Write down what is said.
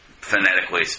phonetically